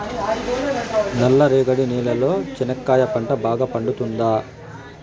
నల్ల రేగడి నేలలో చెనక్కాయ పంట బాగా పండుతుందా?